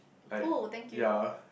oh thank you